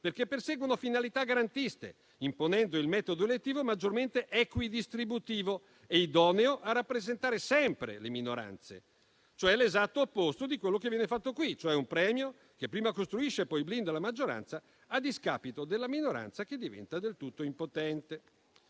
semplice: perseguono finalità garantiste, imponendo il metodo elettivo maggiormente equidistributivo e idoneo a rappresentare sempre le minoranze. È l'esatto opposto di quello che viene fatto qui, cioè un premio che prima costruisce e poi blinda la maggioranza, a discapito della minoranza che diventa del tutto impotente.